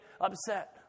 upset